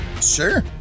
Sure